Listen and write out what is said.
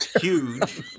huge